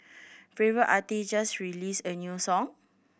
favourite artist just released a new song